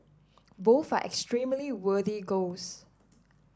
both are extremely worthy goals